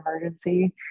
emergency